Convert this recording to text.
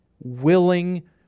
willing